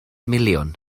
miliwn